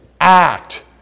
Act